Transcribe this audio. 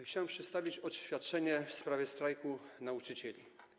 Chciałbym przedstawić oświadczenie w sprawie strajku nauczycieli.